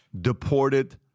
deported